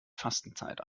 fastenzeit